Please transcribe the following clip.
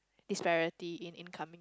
its variety in incoming